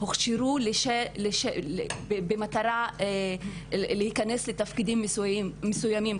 הוכשרו במטרה להיכנס לתפקידים מסוימים.